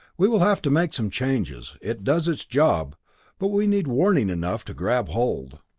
we will have to make some changes. it does its job but we need warning enough to grab hold.